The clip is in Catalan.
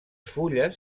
fulles